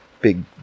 big